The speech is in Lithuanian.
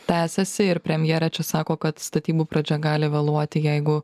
tęsiasi ir premjerė čia sako kad statybų pradžia gali vėluoti jeigu